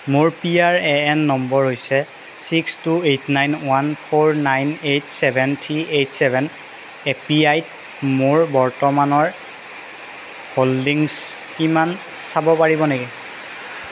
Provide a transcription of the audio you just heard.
মোৰ P R A N number হৈছে six two eight nine one four nine eight seven three eight seven A P Y ত মোৰ বৰ্তমানৰ holdings কিমান চাব পাৰিব নেকি